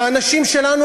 שהאנשים שלנו,